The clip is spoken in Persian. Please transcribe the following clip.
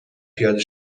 پیاده